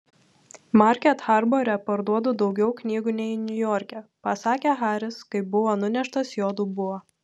market harbore parduodu daugiau knygų nei niujorke pasakė haris kai buvo nuneštas jo dubuo